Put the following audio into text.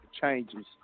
changes